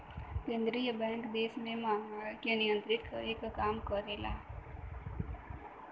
केंद्रीय बैंक देश में महंगाई के नियंत्रित करे क काम करला